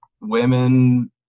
women